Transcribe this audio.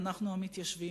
ואנחנו "המתיישבים".